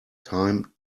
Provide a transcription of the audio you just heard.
time